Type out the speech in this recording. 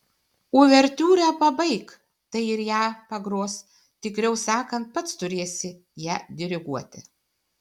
uvertiūrą pabaik tai ir ją pagros tikriau sakant pats turėsi ją diriguoti